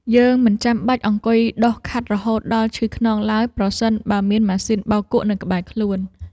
យើងមិនចាំបាច់អង្គុយដុសខាត់រហូតដល់ឈឺខ្នងឡើយប្រសិនបើមានម៉ាស៊ីនបោកគក់នៅក្បែរខ្លួន។